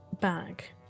bag